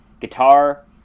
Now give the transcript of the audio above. guitar